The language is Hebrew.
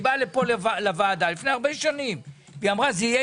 היא באה לכאן לוועדה לפני שנים רבות ואמרה שזה יהיה